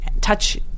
touch